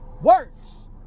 words